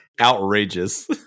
outrageous